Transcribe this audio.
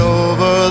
over